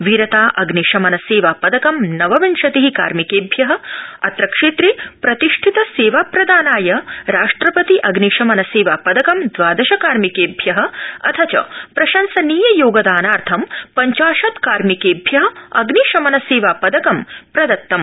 वीरता अग्नि शमन सेवा पदकम् नवविंशति कार्मिकेभ्य अत्र क्षेत्रे प्रतिष्ठित सेवा प्रदानाय राष्ट्रपति अग्नि शमन सेवा पदकम् द्रादश कार्मिकेभ्य अथ च प्रशंसनीय योगदानाथं पञ्चाशत् कार्मिकेभ्य अग्नि शमन सेवा पदकम् प्रदत्तम्